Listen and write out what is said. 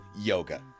yoga